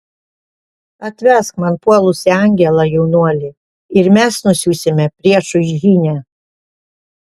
atvesk man puolusį angelą jaunuoli ir mes nusiųsime priešui žinią